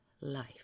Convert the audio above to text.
life